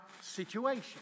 situation